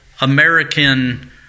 American